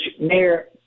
Mayor